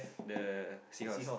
the seahorse